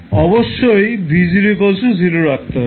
অবশ্যই V0 0 রাখতে হবে